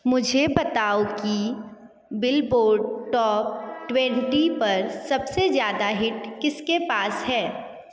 मुझे बताओ कि बिलबोर्ड टॉप ट्वेंटी पर सबसे ज़्यादा हिट किसके पास है